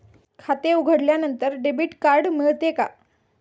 खाते उघडल्यानंतर debit card मिळते का?